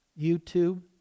YouTube